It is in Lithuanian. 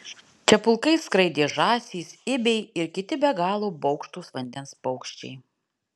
čia pulkais skraidė žąsys ibiai ir kiti be galo baugštūs vandens paukščiai